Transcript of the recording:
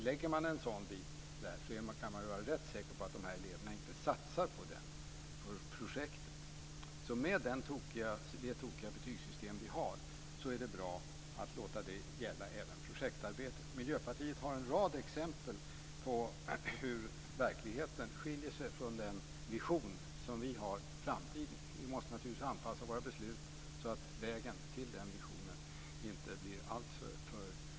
Lägger man en sådan bit där kan man vara rätt säker på att dessa elever inte satsar på projektet. Trots att vi har ett tokigt betygssystem är det bra att låta det gälla även projektarbetet. Miljöpartiet har en rad exempel på hur verkligheten skiljer sig från den vision som vi har för framtiden. Vi måste naturligtvis anpassa våra beslut så att vägen till den visionen inte blir alltför stenig.